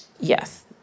Yes